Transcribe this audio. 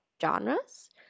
genres